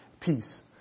peace